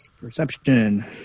Perception